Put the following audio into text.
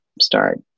start